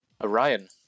Orion